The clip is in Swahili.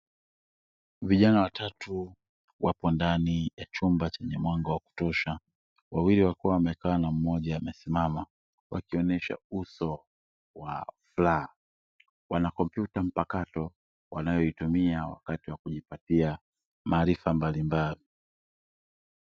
Vijana watatu wapo ndani ya chumba chenye mwanga wa kutosha, wawili wakiwa wamekaa na mmoja akiwa amesimama wakionyesha uso wa furaha, wana kompyuta mpakato wanayoitumia wakati wa kujipatia maarifa mbalimbali.